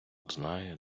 знає